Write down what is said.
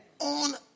on